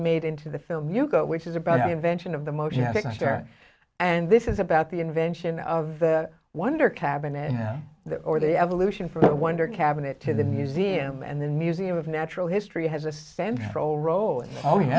made into the film hugo which is about the invention of the motion picture and this is about the invention of the wonder cabinet that or the evolution from the wonder cabinet to the museum and the museum of natural history has a central rol